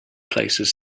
places